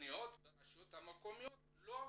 מהתכניות ברשויות המקומיות לא מבוצעות.